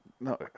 no